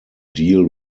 deal